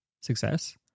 success